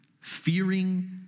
fearing